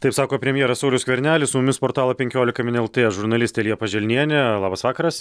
taip sako premjeras saulius skvernelis su mumis portalo penkiolika min lt žurnalistė liepa želnienė labas vakaras